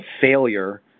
failure